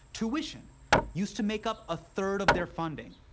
tuition used to make up a third of their funding.